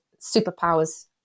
superpowers